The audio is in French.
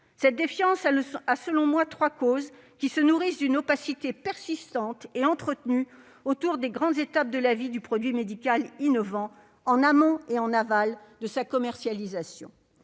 cette défiance trois causes, qui se nourrissent d'une opacité persistante et entretenue autour des grandes étapes de la vie du produit médical innovant, en amont et en aval de sa commercialisation